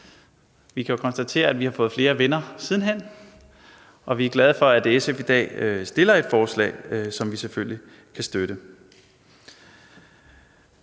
Vi kan konstatere, at vi har fået flere venner sidenhen, og vi er glade for, at SF fremsætter et forslag, som vi selvfølgelig kan støtte.